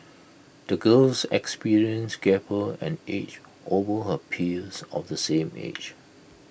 the girl's experiences gave her an edge over her peers of the same age